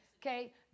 Okay